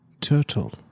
Turtle